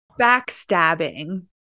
backstabbing